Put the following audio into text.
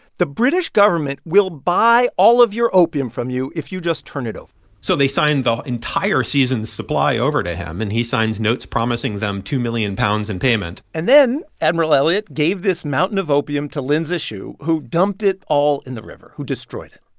the british government will buy all of your opium from you if you just turn it over so they signed the entire season's supply over to him, and he signed notes promising them two million pounds in payment and then admiral elliot gave this mountain of opium to lin zexu, who dumped it all in the river who destroyed it.